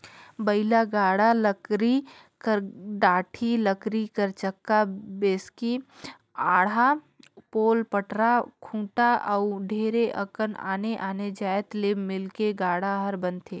बइला गाड़ा लकरी कर डाड़ी, लकरी कर चक्का, बैसकी, आड़ा, पोल, पटरा, खूटा अउ ढेरे अकन आने आने जाएत ले मिलके गाड़ा हर बनथे